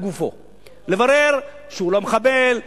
לברר שהוא לא מחבל,